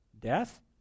Death